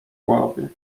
ławy